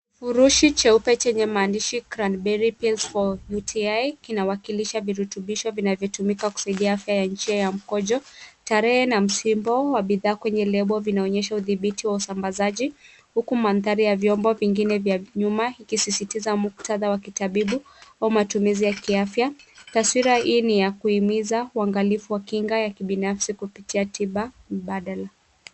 Furushi cheupe chenye maandishi, crown berry pens for uti , kinawakilisha virutubisho vinvyotumika kusaidia afya ya njia ya mkojo. Tarehe na msibo wa bidhaa kwenye lebo, vinaonyesha udhibiti wa usambazaji, huku nadhari ya viombo vingine vya nyuma vikisisitiza muktadha wa kitabibu wa matumizi ya kiafya. Taswira hii ni ya kuimiza uangalifu wa kinga ya kibinafsi kupitia kinga mbadala.